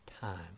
time